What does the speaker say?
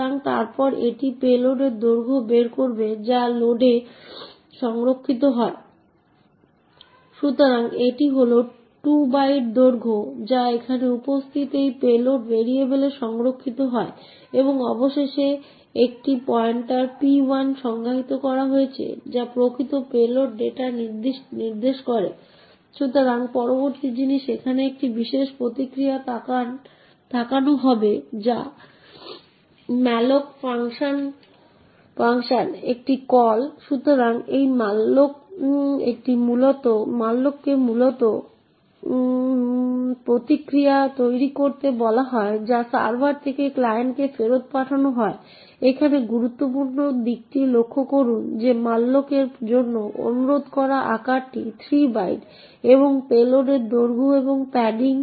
সুতরাং এটি আগে যেমন করা হয়েছিল এবং তারপরে আমরা printf কে স্ট্যাকের উপস্থিত ষষ্ঠ আর্গুমেন্ট নিতে আদেশ করি সুতরাং ষষ্ঠটি এই ক্ষেত্রে যুক্তি পর্দায় s প্রিন্ট এর সাথে মিলে যায়